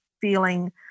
feeling